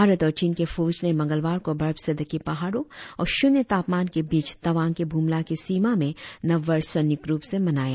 भारत और चीन के फौज ने मंगलवार को बर्फ से ढके पहाड़ो और शुन्य तापमान के बीच तवांग के बुमला के सिमा में नव वर्ष संयुक्त रुप से मनाया